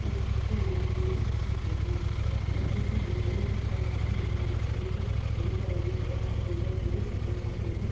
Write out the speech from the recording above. जिससे हमारी कम्युनिटी विकसित होती है जैसे कि हमारे यहाँ जो त्योहार मनाए जाते हैं दीपावली का त्योहार हो गया होली का त्योहार हो गया